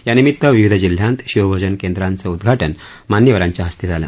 यानिमित्त विविध जिल्ह्यात शिवभोजन केंद्रांचं उद्वाटन मान्यवरांच्या हस्ते झालं